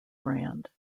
brand